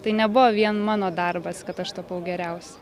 tai nebuvo vien mano darbas kad aš tapau geriausia